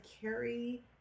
carry